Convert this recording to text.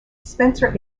spencer